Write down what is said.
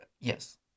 Yes